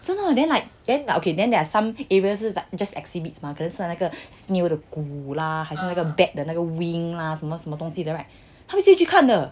真的 then like then okay then there are some areas that just exhibits 是那个骨啦还是那个 bat 的那个 wing lah 什么什么东西的 right 他就去看的